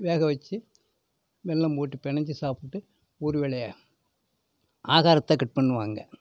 வேகவச்சு வெல்லம் போட்டு பெனைஞ்சு சாப்பிட்டு ஒருவேளை ஆகாரத்தை கட் பண்ணுவாங்க